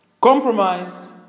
Compromise